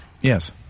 Yes